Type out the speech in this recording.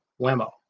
Wemo